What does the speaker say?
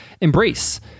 embrace